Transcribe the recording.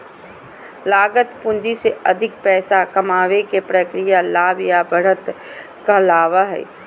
लागत पूंजी से अधिक पैसा कमाबे के प्रक्रिया लाभ या बढ़त कहलावय हय